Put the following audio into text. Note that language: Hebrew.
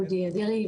אודי אדירי,